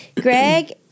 Greg